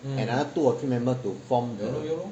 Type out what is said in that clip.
another two or three member to form the